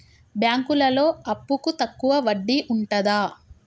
బ్యాంకులలో అప్పుకు తక్కువ వడ్డీ ఉంటదా?